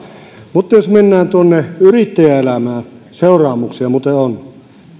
mutta jos mennään tuonne yrittäjäelämään seuraamuksia muuten on